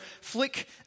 flick